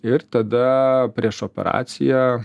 ir tada prieš operaciją